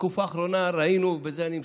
בתקופה האחרונה ראינו, ובזה אני מסיים,